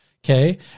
Okay